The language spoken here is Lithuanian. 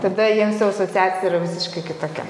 tada jiems jau asociacija yra visiškai kitokia